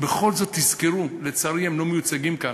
בכל זאת, תזכרו, לצערי, הם לא מיוצגים כאן,